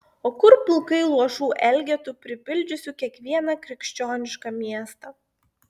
o kur pulkai luošų elgetų pripildžiusių kiekvieną krikščionišką miestą